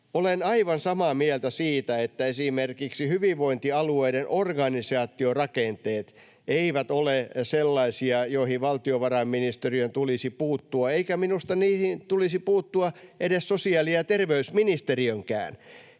Olen aivan samaa mieltä siitä, että esimerkiksi hyvinvointialueiden organisaatiorakenteet eivät ole sellaisia, joihin valtiovarainministeriön tulisi puuttua, eikä minusta niihin tulisi puuttua edes sosiaali- ja terveysministeriönkään.